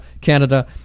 Canada